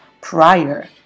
prior